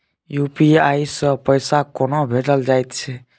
UPI सँ पैसा कोना भेजल जाइत छै?